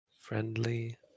friendly